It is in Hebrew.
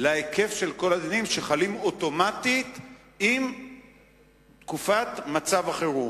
להיקף של כל הדינים שחלים אוטומטית עם תקופת מצב החירום.